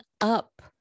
up